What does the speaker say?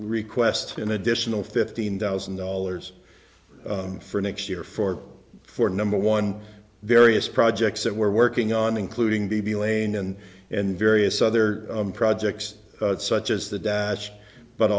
request an additional fifteen thousand dollars for next year for four number one various projects that we're working on including the v lane and and various other projects such as the dash but